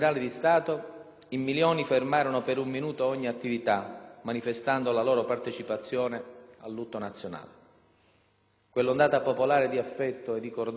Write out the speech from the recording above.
Quell'ondata popolare di affetto e di cordoglio ci ricorda ancor oggi che la memoria di chi ha dato la vita per il nostro Paese è patrimonio indissolubile dell'intera collettività.